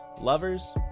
lovers